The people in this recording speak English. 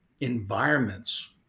environments